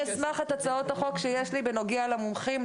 הצעות החוק שיש לי בנוגע למומחים,